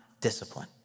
discipline